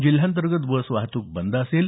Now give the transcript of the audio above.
जिल्ह्यांतर्गत बस वाहत्क बंद असेल